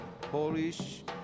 Polish